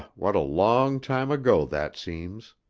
what a long time ago that seems!